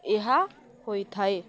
ଏହା ହୋଇଥାଏ